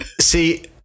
See